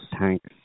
tanks